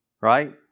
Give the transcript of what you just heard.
right